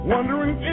Wondering